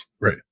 Right